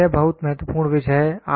यह बहुत महत्वपूर्ण विषय है